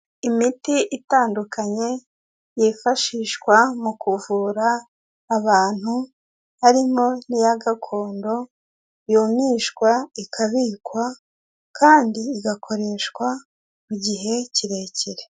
Imiti itandukanye yifashishwa mu kuvura abantu harimo n'iya gakondo, yumishwa, ikabikwa kandi igakoreshwa mu gihe kirekire.